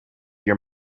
your